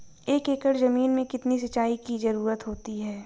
एक एकड़ ज़मीन में कितनी सिंचाई की ज़रुरत होती है?